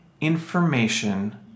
Information